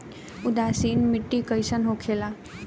उदासीन मिट्टी कईसन होखेला?